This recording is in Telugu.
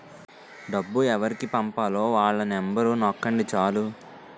డబ్బు ఎవరికి పంపాలో వాళ్ళ నెంబరు నొక్కండి చాలు